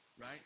right